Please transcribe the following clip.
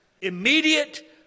Immediate